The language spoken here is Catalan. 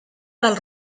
del